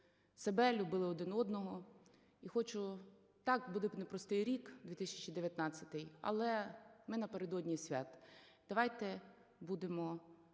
себе, любили один одного, і хочу…Так, буде непростий рік – 2019-й, але ми напередодні свят. Давайте будемо